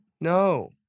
No